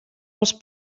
els